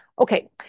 okay